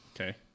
okay